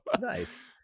Nice